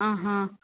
आ हा